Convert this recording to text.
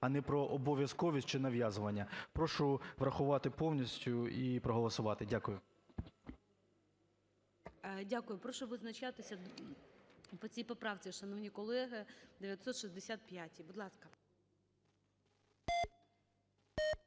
а не про обов'язковість чи нав'язування.. Прошу врахувати повністю і проголосувати. Дякую. ГОЛОВУЮЧИЙ. Дякую. Прошу визначатися по цій поправці, шановні колеги, 965-й. Будь ласка.